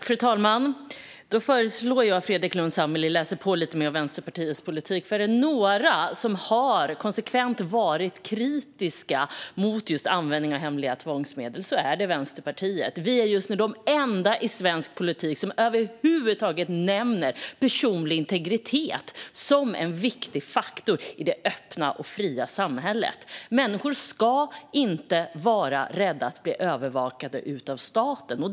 Fru talman! Då föreslår jag att Fredrik Lundh Sammeli läser på lite mer om Vänsterpartiets politik. Är det några som konsekvent har varit kritiska mot just användning av hemliga tvångsmedel är det Vänsterpartiet. Vi är just nu de enda i svensk politik som över huvud taget nämner personlig integritet som en viktig faktor i det öppna och fria samhället. Människor ska inte vara rädda att bli övervakade av staten.